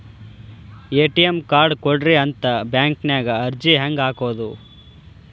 ATM card ಕೊಡ್ರಿ ಅಂತ bank ನ್ಯಾಗ ಅರ್ಜಿ ಹೆಂಗ ಹಾಕೋದು?